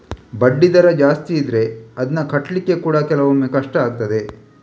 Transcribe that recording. ಬಡ್ಡಿ ದರ ಜಾಸ್ತಿ ಇದ್ರೆ ಅದ್ನ ಕಟ್ಲಿಕ್ಕೆ ಕೂಡಾ ಕೆಲವೊಮ್ಮೆ ಕಷ್ಟ ಆಗ್ತದೆ